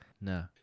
No